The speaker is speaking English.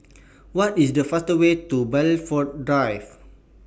What IS The faster Way to Blandford Drive